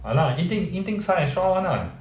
!hanna! 一定一定 sign extra [one] lah